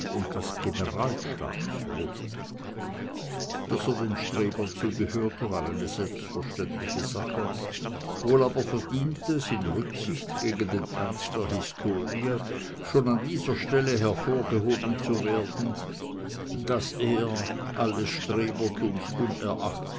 das generalstabsrot daß er den strebern zugehörte war eine selbstverständliche sache wohl aber verdient es in rücksicht gegen den ernst der historie schon an dieser stelle hervorgehoben zu werden daß er alles